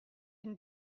une